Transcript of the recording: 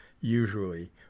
usually